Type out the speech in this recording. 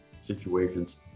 situations